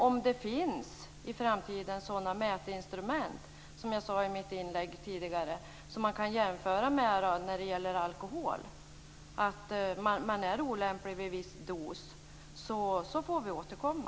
Om det i framtiden kommer mätinstrument, som jag talade om i mitt inlägg tidigare, som man kan jämföra med instrument för att mäta alkohol och som visar att man är en olämplig bilförare vid en viss dos får vi återkomma.